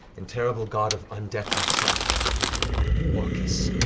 and terrible god of undeath himself orcus.